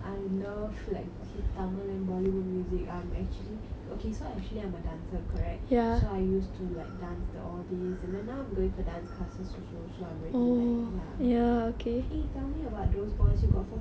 I love like pip~ tamil and bollywood music I'm actually okay so actually I'm a dancer correct so I used to like dance to all these and then now I'm going for dance classes also so I'm already like ya eh tell me about those boys you got photo of them or not